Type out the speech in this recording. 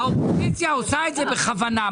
האופוזיציה עושה את זה בכוונה.